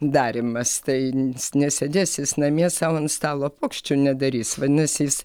darymas tai nesėdės jis namie sau ant stalo puokščių nedarys vadinasi jis